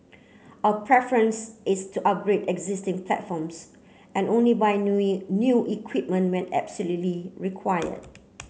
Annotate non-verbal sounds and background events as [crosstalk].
our preference is to upgrade existing platforms and only buy [unintelligible] new equipment when absolutely required